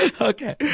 Okay